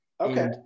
okay